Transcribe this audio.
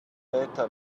beta